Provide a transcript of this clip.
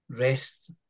rest